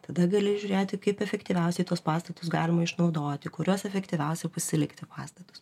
tada gali žiūrėti kaip efektyviausiai tuos pastatus galima išnaudoti kuriuos efektyviausia pasilikti pastatus